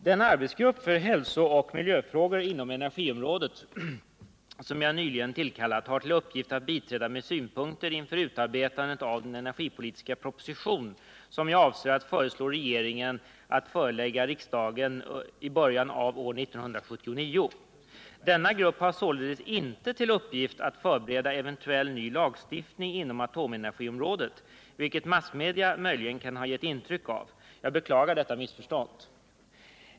Den arbetsgrupp för hälsooch miljöfrågor inom energiområdet som jag nyligen tillkallat har till uppgift att biträda med synpunkter inför utarbetandet av den energipolitiska proposition som jag avser att föreslå regeringen att förelägga riksdagen i början av år 1979. Denna grupp har således inte till uppgift att förbereda eventuell ny lagstiftning inom atomenergiområdet, som massmedia möjligen kan ha givit intryck av. Jag beklagar detta missförstånd.